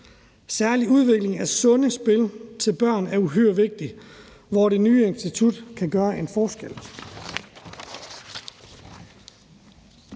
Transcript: Særlig udvikling af sunde spil til børn er uhyre vigtigt, og her kan det nye institut gøre en forskel.